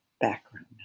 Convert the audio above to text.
background